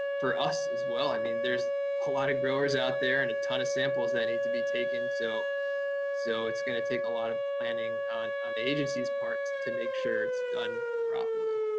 for us as well. i mean there's a lot of growers out there and a ton of samples that need to be taken. so so it's gonna take a lot of planning on the agency's part to make sure it's done properly.